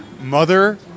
Mother